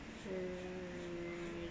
hmm